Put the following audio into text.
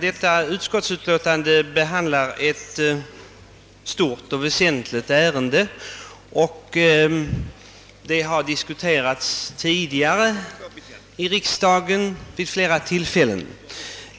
Herr talman! Detta utlåtande behandlar ett stort och väsentligt ärende, som tidigare vid flera tillfällen diskuterats i riksdagen.